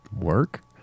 work